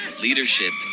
Leadership